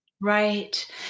Right